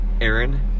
Aaron